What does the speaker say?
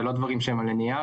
זה לא דברים שהם על הנייר,